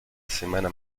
semana